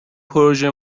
پروزه